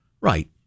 Right